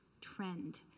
trend